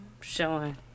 showing